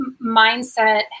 mindset